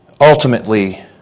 ultimately